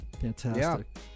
fantastic